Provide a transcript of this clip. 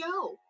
go